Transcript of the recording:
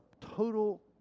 total